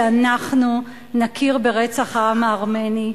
שאנחנו נכיר ברצח העם הארמני,